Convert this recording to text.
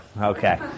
Okay